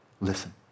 listen